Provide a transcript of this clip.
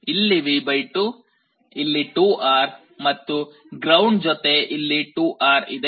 ಇಲ್ಲಿ V 2 ಇಲ್ಲಿ 2R ಮತ್ತು ಗ್ರೌಂಡ್ ಜೊತೆ ಇಲ್ಲಿ 2R ಇದೆ